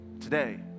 Today